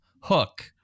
Hook